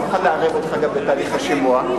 אני מוכן לערב אותך גם בתהליך השימוע,